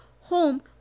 home